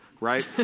right